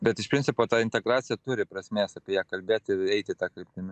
bet iš principo ta integracija turi prasmės apie ją kalbėt ir eiti ta kryptimi